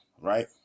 right